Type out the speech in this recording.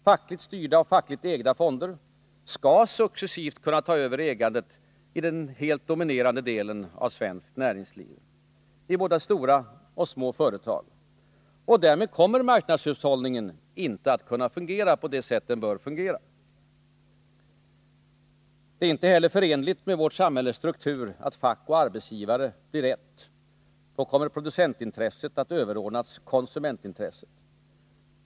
Fackligt styrda och fackligt ägda fonder skall successivt kunna ta över ägandet i den helt dominerande delen av svenskt näringsliv, i både stora och små företag. Och därmed kommer marknadshushållningen inte att kunna fungera på det sätt den bör fungera. Det är inte heller förenligt med vårt samhälles struktur att fack och arbetsgivare blir ett. Då kommer producentintresset att överordnas konsumentintresset.